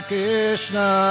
Krishna